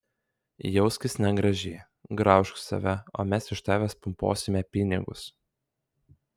jauskis negraži graužk save o mes iš tavęs pumpuosime pinigus